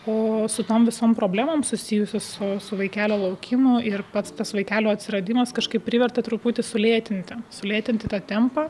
o su tom visom problemom susijusius su vaikelio laukimu ir pats tas vaikelio atsiradimas kažkaip privertė truputį sulėtinti sulėtinti tą tempą